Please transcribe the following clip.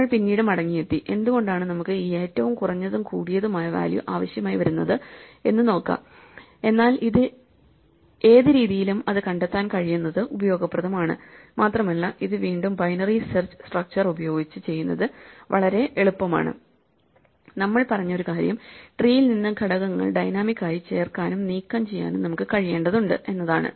നമ്മൾ പിന്നീട് മടങ്ങിയെത്തി എന്തുകൊണ്ടാണ് നമുക്ക് ഈ ഏറ്റവും കുറഞ്ഞതും കൂടിയതുമായ വാല്യൂ ആവശ്യമായി വരുന്നത് എന്ന് നോക്കാം എന്നാൽ ഏത് രീതിയിലും അത് കണ്ടെത്താൻ കഴിയുന്നത് ഉപയോഗപ്രദമാണ് മാത്രമല്ല ഇത് വീണ്ടും ബൈനറി സെർച്ച് സ്ട്രക്ച്ചർ ഉപയോഗിച്ച് ചെയ്യുന്നത് വളരെ എളുപ്പമാണ് നമ്മൾ പറഞ്ഞ ഒരു കാര്യം ട്രീയിൽ നിന്ന് ഘടകങ്ങൾ ഡൈനാമിക് ആയി ചേർക്കാനും നീക്കംചെയ്യാനും നമുക്ക് കഴിയേണ്ടതുണ്ട് എന്നതാണ്